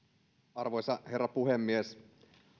arvoisa herra puhemies